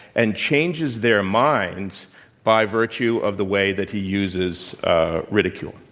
and changes their minds by virtue of the way that he uses ridicule.